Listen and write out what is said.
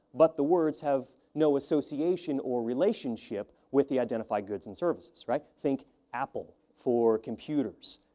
but the words have no association or relationship with the identified goods and services, right. think apple for computers,